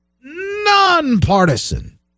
nonpartisan